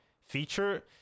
feature